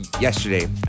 yesterday